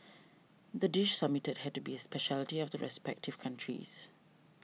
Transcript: the dish submitted had to be a speciality of the respective countries